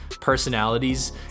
personalities